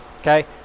Okay